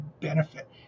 benefit